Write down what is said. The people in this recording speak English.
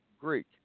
greek